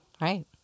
Right